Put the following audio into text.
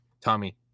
Tommy